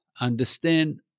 Understand